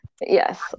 Yes